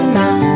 now